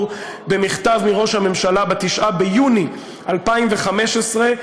במכתב מראש הממשלה ב-9 ביוני 2015,